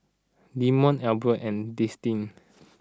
Demond Elby and Destinee